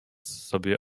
sobie